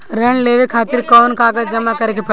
ऋण लेवे खातिर कौन कागज जमा करे के पड़ी?